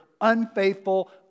unfaithful